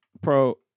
Pro